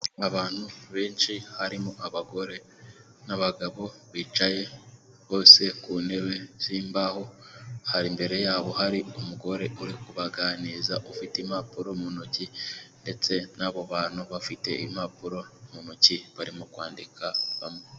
Abantu benshi harimo abagore n'abagabo bicaye bose ku ntebe z'imbaho, hari mbere yabo hari umugore uri kubaganiriza ufite impapuro mu ntoki ndetse n'abo bantu bafite impapuro mu ntoki barimo kwandika bamwe.